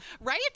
Right